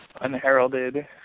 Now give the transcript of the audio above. Unheralded